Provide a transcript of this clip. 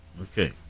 Okay